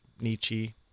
Nietzsche